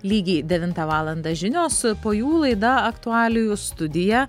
lygiai devintą valandą žinios po jų laida aktualijų studija